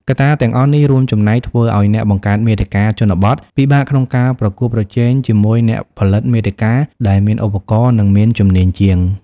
កត្តាទាំងអស់នេះរួមចំណែកធ្វើឲ្យអ្នកបង្កើតមាតិកាជនបទពិបាកក្នុងការប្រកួតប្រជែងជាមួយអ្នកផលិតមាតិកាដែលមានឧបករណ៍ និងមានជំនាញជាង។